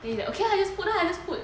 then he okay lah just put I just put